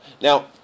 Now